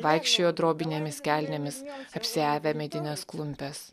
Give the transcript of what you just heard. vaikščiojo drobinėmis kelnėmis apsiavę medines klumpes